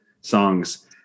songs